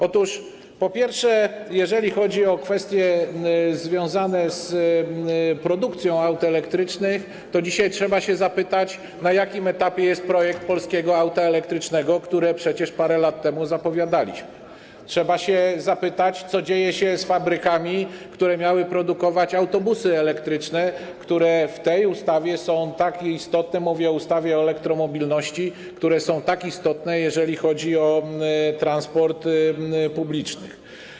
Otóż przede wszystkim jeżeli chodzi o kwestie związane z produkcją aut elektrycznych, to dzisiaj trzeba zapytać, na jakim etapie jest projekt polskiego auta elektrycznego, które przecież parę lat temu zapowiadaliśmy, trzeba zapytać, co dzieje się z fabrykami, które miały produkować autobusy elektryczne, które w tej ustawie są tak istotne, mówię o ustawie o elektromobilności, które są tak ważne, jeżeli chodzi o transport publiczny.